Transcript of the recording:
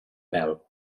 pèl